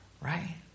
right